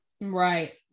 right